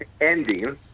ending